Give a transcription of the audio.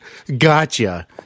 Gotcha